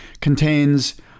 contains